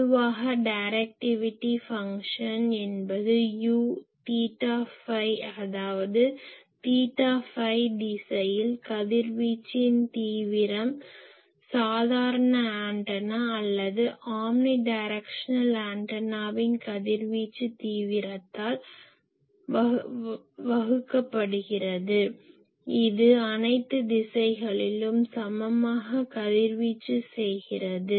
பொதுவாக directivity function என்பது U theta phi அதாவது தீட்டா ஃபை திசையில் கதிர்வீச்சு தீவிரம் சாதாரண ஆண்டனா அல்லது ஆம்னிடிரெக்ஷனல் ஆண்டனாவின் கதிர்வீச்சு தீவிரத்தால் வகுக்கப்படுகிறது இது அனைத்து திசையிலும் சமமாக கதிர்வீச்சு செய்கிறது